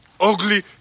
ugly